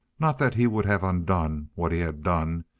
not that he would have undone what he had done.